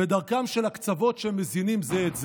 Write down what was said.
ודרכם של הקצוות היא שהם מזינים זה את זה.